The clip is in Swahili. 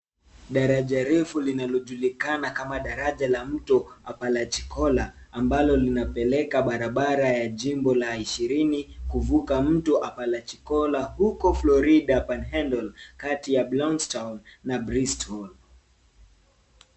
Daraja refu linalojulikana kama daraja la mto Apalachicola ambalo linapeleka barabara ya jimbo la ishirini kuvuka mto, Apalachicola huko Florida and handle kati ya blooms town na Bristol.